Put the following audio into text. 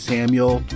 Samuel